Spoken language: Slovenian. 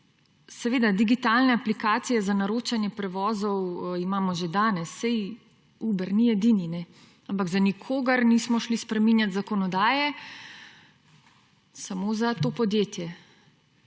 seveda, digitalna aplikacije za naročanje prevozov imamo že danes. Saj Uber ni edini. Ampak za nikogar nismo šli spreminjati zakonodaje, samo za to podjetje.